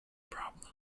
problem